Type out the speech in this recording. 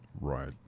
Right